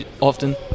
often